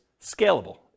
scalable